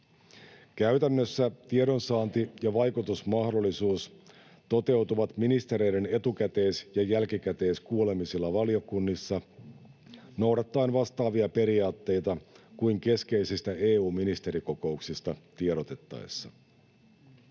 Käytännössä tiedonsaanti ja vaikutusmahdollisuus toteutuvat ministereiden etukäteis- ja jälkikäteiskuulemisilla valiokunnissa noudattaen vastaavia periaatteita kuin keskeisistä EU:n ministerikokouksista tiedotettaessa.